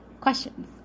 questions